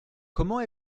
comment